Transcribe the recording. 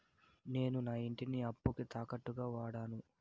నేను నా ఇంటిని అప్పుకి తాకట్టుగా వాడాను